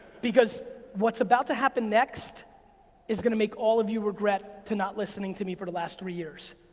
because what's about to happen next is gonna make all of you regret to not listening to me for the last three years.